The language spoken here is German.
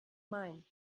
mein